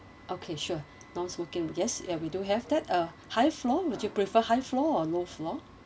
okay sure non-smoking yes ya we do have that uh high floor would you prefer high floor or low floor